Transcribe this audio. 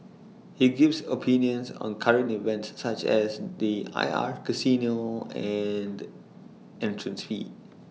he gives opinions on current events such as the I R casino and entrance fee